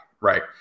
right